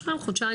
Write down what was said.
יש לכם חודשיים,